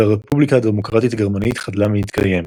והרפובליקה הדמוקרטית הגרמנית חדלה מלהתקיים.